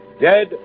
Dead